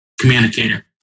communicator